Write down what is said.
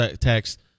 text